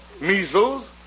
Measles